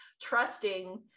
trusting